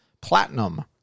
platinum